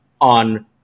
on